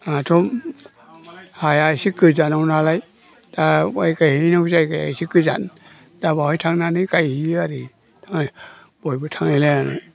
आंहाथ' हाया एसे गोजानावनालाय दा माइ गायहैनायाव जायगाया एसे गोजान दा बावहाय थांनानै गायहैयो आरोखि आमफ्राय बयबो थांलाय लायनानै